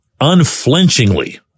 unflinchingly